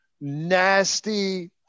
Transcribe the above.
nasty